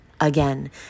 Again